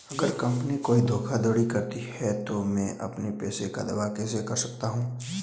अगर कंपनी कोई धोखाधड़ी करती है तो मैं अपने पैसे का दावा कैसे कर सकता हूं?